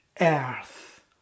earth